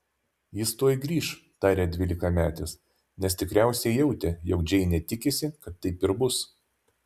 jis tuoj grįš tarė dvylikametis nes tikriausiai jautė jog džeinė tikisi kad taip ir bus